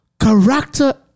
character